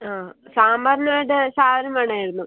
ആ സാമ്പാറിന് വേണ്ട സാധനം വേണമായിരുന്നു